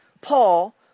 Paul